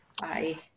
Bye